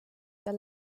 der